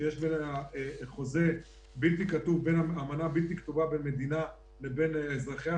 שיש אמנה בלתי כתובה בין המדינה לבין אזרחיה,